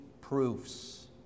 proofs